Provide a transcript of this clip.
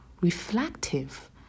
reflective